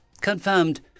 Confirmed